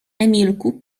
emilku